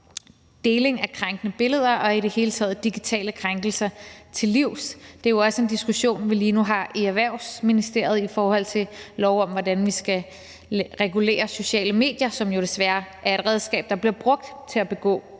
deling af krænkende billeder og i det hele taget digitale krænkelser til livs. Det er jo også en diskussion, vi lige nu har i Erhvervsministeriet i forhold til loven om, hvordan vi skal regulere sociale medier, som jo desværre er et redskab, der bliver brugt til at begå